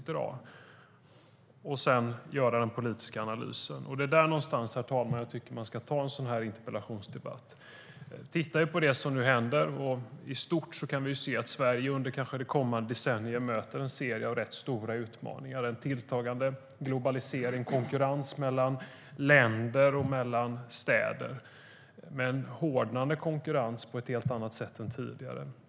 Sedan kan man göra den politiska analysen. Det är där någonstans, herr talman, jag tycker att man ska ha en sådan här interpellationsdebatt. Vi kan titta på det som nu händer. I stort kan vi se att Sverige kanske under det kommande decenniet kommer att möta en serie av rätt stora utmaningar. Det är en tilltagande globalisering och konkurrens mellan länder och mellan städer. Det är en hårdnande konkurrens på ett helt annat sätt än tidigare.